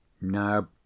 No